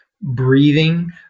breathing